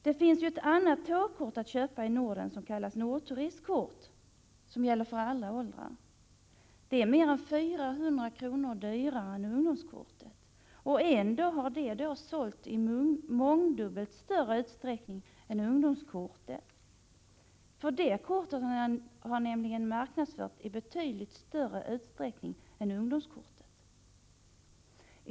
Det finns ett annat tågkort att köpa i Norden som kallas Nordturistkort, som gäller för alla åldrar. Det är mer än 400 kr. dyrare än ungdomskortet, och ändå har det sålts i mångdubbelt större omfattning, för detta kort har man marknadsfört i betydligt större utsträckning än ungdomskortet.